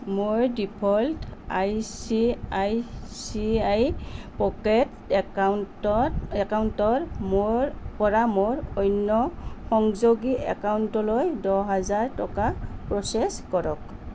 মোৰ default I C I C I pocket একাউণ্টত একাউণ্টৰ মোৰ পৰা মোৰ অন্য সংযোগী একাউণ্টলৈ দহ হাজাৰ টকা প্ৰ'চেছ কৰক